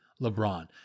LeBron